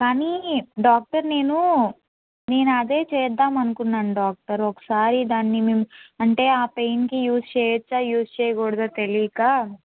కానీ డాక్టర్ నేను నేను అదే చేద్దాం అనుకున్నాను డాక్టర్ ఒకసారి దాన్ని మేము అంటే ఆ పెయిన్కి యూజ్ చేయొచ్చా యూజ్ చేయకూడదా తెలియక